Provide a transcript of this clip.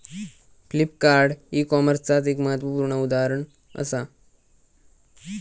Flipkart e कॉमर्सचाच एक महत्वपूर्ण उदाहरण असा